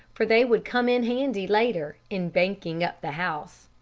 for they would come in handy later in banking up the house.